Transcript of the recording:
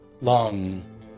long